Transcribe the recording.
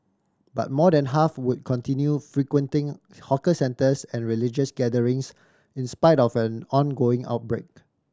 but more than half would continue frequenting hawker centres and religious gatherings in spite of an ongoing outbreak